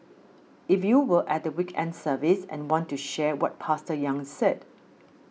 if you were at the weekend service and want to share what Pastor Yang said